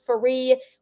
free